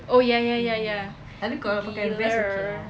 oh ya ya ya ya !eeyer!